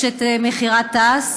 יש מכירת תעש,